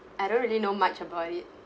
I don't really know much about it